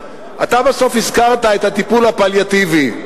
אתה בסוף הזכרת את הטיפול הפליאטיבי.